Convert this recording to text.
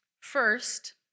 First